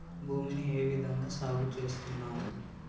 భూమిని ఏ విధంగా సాగు చేస్తున్నారు?